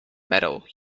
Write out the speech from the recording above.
metal